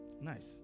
Nice